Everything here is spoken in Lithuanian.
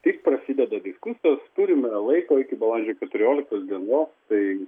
tik prasideda diskusijos turime laiko iki balandžio keturioliktos dienos tai